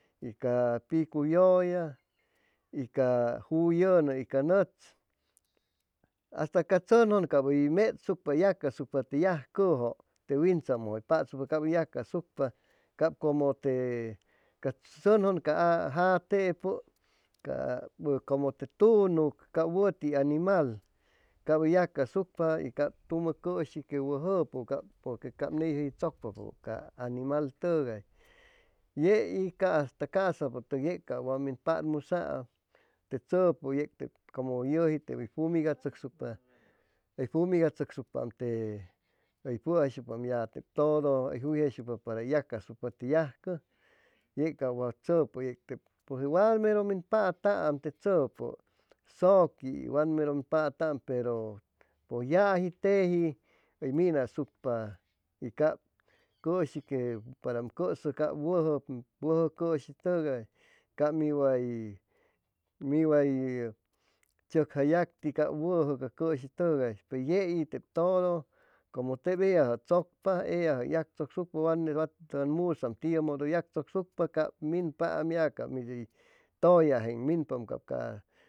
Ca chicuyʉlla y ca juyʉnʉ ca nʉtz hasta ca tzʉnjʉn cap hʉy metzucpa uy yacasucpa te yajcʉjʉ te wintzamʉ hʉy pasucpa cap hʉy yacasucpa cap como te ca tzʉnjun caa jatepʉ ca como te tunug cap wʉti animal hʉ yacasucpa y capp tumʉ cʉshi que wʉjʉpʉ porque cap ney yʉgi tzʉcpapʉ ca animal tʉgay yei hasta casapʉ wat min patmusʉsaam te tzʉpʉ yec tep como yʉji tep hʉy fumigachʉcsucpa te hʉy pʉjaysucpaam ya te todo hʉy juyjaysucpa para hʉy yacasucpa te yajʉ yec ca wa tzʉpʉ wat mero min pataam te tzʉpʉ zʉqui wat merʉ om pataam pero pʉj yaji teji hʉy minasucpa y cap cʉshi que para ʉm cʉsʉ cap wʉjʉ wʉjʉ cʉshitʉgay cap mi way mi way tzʉcja yacti cap wʉjʉ ca cʉshi tʉgay pe yei tep todo como tep eyajʉ tzʉcpa eyajʉ hʉy yagtzʉcsucpa wa tʉn musaam tiʉmodo hʉy yagtzʉcsucpacap minpaama ya cap mithʉy tʉllageen minpaam cap ca